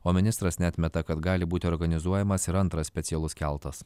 o ministras neatmeta kad gali būti organizuojamas ir antras specialus keltas